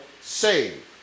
save